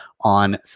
on